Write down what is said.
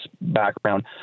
background